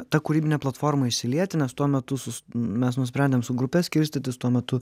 ta kūrybinė platforma išsilieti nes tuo metu su mes nusprendėm su grupe skirstytis tuo metu